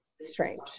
strange